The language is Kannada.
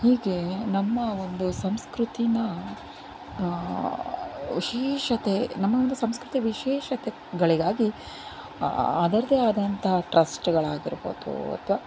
ಹೀಗೆ ನಮ್ಮ ಒಂದು ಸಂಸ್ಕೃತಿನ ವಿಶೇಷತೆ ನಮ್ಮ ಒಂದು ಸಂಸ್ಕೃತಿ ವಿಶೇಷತೆಗಳಿಗಾಗಿ ಅದರದೇ ಆದಂತಹ ಟ್ರಸ್ಟ್ಗಳಾಗಿರ್ಬೋದು ಅಥವಾ